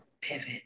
pivot